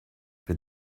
für